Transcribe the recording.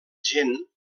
gent